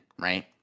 right